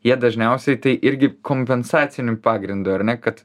jie dažniausiai tai irgi kompensaciniu pagrindu ar ne kad